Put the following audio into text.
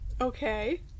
Okay